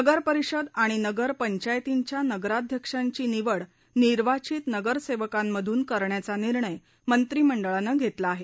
नगरपरिषद आणि नगरपंचायतींच्या नगराध्यक्षांची निवड निर्वांचित नगरसेवकांमधून करण्याचा निर्णय मंत्रिमंडळानं घेतला आहे